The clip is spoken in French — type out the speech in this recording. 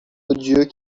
odieux